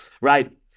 right